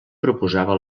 proposava